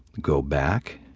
go back,